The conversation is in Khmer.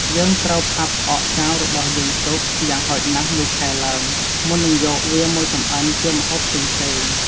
យើងត្រូវផ្អាប់់ផ្អកចាវរបស់យើងទុក យ៉ាងហោចណាស់មួយខែឡើង មុននឹងយកវាមកចម្អិនជាម្ហូបផ្សេងៗ។